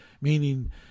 meaning